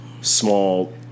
small